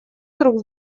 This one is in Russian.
друг